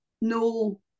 no